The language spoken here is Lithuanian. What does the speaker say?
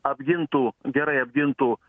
apgintų gerai apgintų